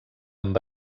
amb